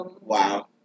Wow